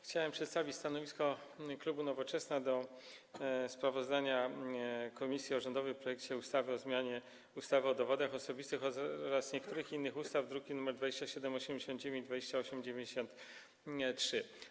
Chciałem przedstawić stanowisko klubu Nowoczesna wobec sprawozdania komisji o rządowym projekcie ustawy o zmianie ustawy o dowodach osobistych oraz niektórych innych ustaw, druki nr 2789 i 2893.